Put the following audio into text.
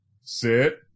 Sit